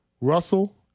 Russell